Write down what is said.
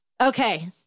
Okay